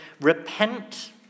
repent